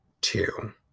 two